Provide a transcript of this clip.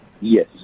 Yes